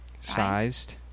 sized